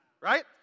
right